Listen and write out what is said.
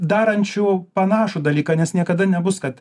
darančių panašų dalyką nes niekada nebus kad